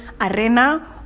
arena